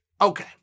Okay